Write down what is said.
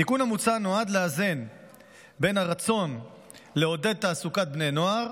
התיקון המוצע נועד לאזן בין הרצון לעודד תעסוקת בני נוער,